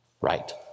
Right